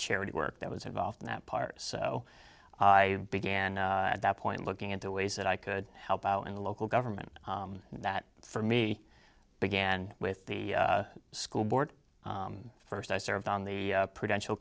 charity work that was involved in that part so i began at that point looking into ways that i could help out in the local government that for me began with the school board first i served on the prudential